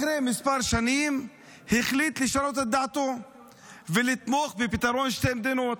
אחרי כמה שנים החליט לשנות את דעתו ולתמוך בפתרון שתי המדינות.